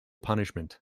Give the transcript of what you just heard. punishment